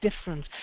different